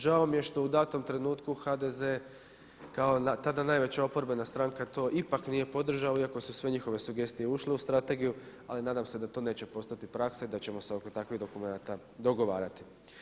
Žao mi je što u datom trenutku HDZ kao tada najveća oporbena stranka to ipak nije podržala iako su sve njihove sugestije ušle u strategiju, ali nadam se da to neće postati praksa i da ćemo se oko takvih dokumenata dogovarati.